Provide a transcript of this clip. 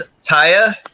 Taya